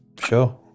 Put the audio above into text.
Sure